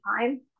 time